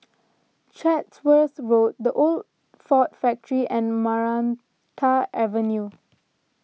Chatsworth Road the Old Ford Factor and Maranta Avenue